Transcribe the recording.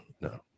no